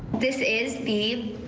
this is the